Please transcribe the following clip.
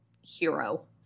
hero